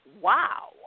Wow